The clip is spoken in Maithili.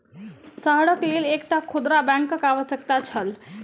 शहरक लेल एकटा खुदरा बैंकक आवश्यकता छल